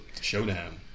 Showdown